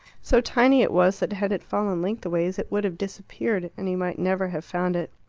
so tiny it was that had it fallen lengthways it would have disappeared, and he might never have found it.